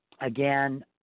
Again